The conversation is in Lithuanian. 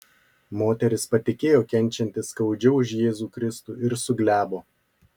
moteris patikėjo kenčianti skaudžiau už jėzų kristų ir suglebo